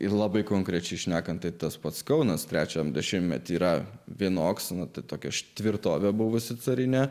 ir labai konkrečiai šnekant tai tas pats kaunas trečią dešimtmetį yra vienoks anot tokios tvirtovė buvusi carinė